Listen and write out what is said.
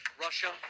Russia